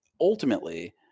ultimately